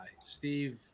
Steve